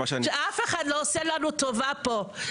שאף אחד לא עושה לנו טובה פה.